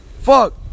Fuck